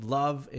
love